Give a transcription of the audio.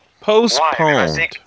Postponed